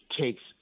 takes